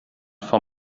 von